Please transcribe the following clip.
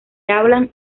hablan